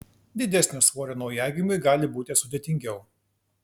didesnio svorio naujagimiui gali būti sudėtingiau